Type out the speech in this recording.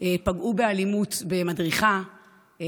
פגעו באלימות במדריכה,